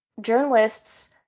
journalists